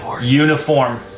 uniform